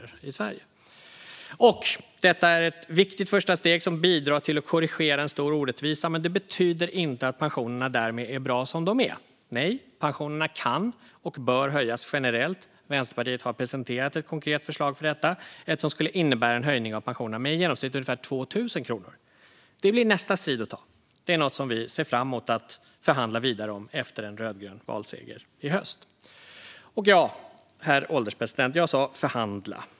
Detta är ett viktigt första steg som bidrar till att korrigera en stor orättvisa, men det betyder inte att pensionerna därmed är bra som de är. Nej, pensionerna kan och bör höjas generellt. Vänsterpartiet har presenterat ett konkret förslag för detta, ett som skulle innebära en höjning av pensionerna med i genomsnitt ungefär 2 000 kronor. Det blir nästa strid att ta. Det är något som vi ser fram mot att förhandla vidare om efter en rödgrön valseger i höst. Ja, herr ålderspresident, jag sa "förhandla".